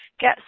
get